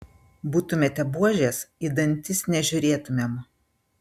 būtumėte buožės į dantis nežiūrėtumėm